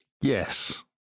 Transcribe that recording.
Yes